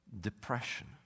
Depression